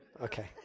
Okay